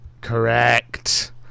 Correct